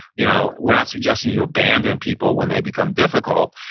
you know we're not suggesting you abandon people when they become difficult.